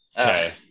Okay